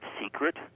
secret